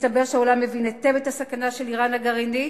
מסתבר שהעולם מבין היטב את הסכנה של אירן הגרעינית,